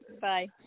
Bye